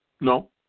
No